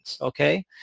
okay